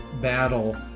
battle